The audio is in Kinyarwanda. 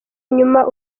inyuma